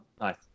Nice